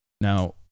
Now